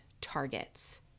targets